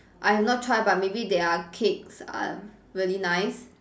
I have not tried but maybe their cakes are really nice